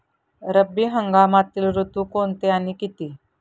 रब्बी हंगामातील ऋतू कोणते आणि किती?